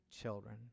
children